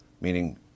meaning